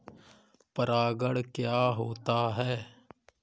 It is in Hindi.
परागण क्या होता है?